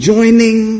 Joining